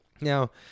Now